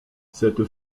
cette